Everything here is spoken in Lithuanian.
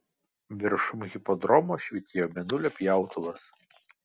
viršum hipodromo švytėjo mėnulio pjautuvas